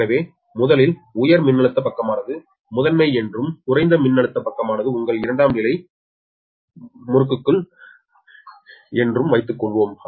எனவே முதலில் உயர் மின்னழுத்த பக்கமானது முதன்மை என்றும் குறைந்த மின்னழுத்த பக்கமானது உங்கள் இரண்டாம் நிலை முறுக்குகள் என்றும் வைத்துக் கொள்வோம்